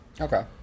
Okay